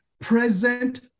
present